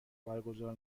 برگزار